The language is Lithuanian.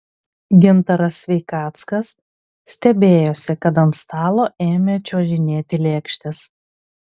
gintaras sveikackas stebėjosi kad ant stalo ėmė čiuožinėti lėkštės